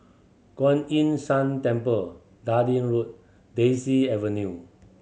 Kuan Yin San Temple Dundee Road Daisy Avenue